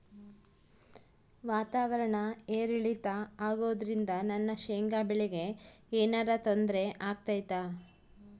ವಾತಾವರಣ ಏರಿಳಿತ ಅಗೋದ್ರಿಂದ ನನ್ನ ಶೇಂಗಾ ಬೆಳೆಗೆ ಏನರ ತೊಂದ್ರೆ ಆಗ್ತೈತಾ?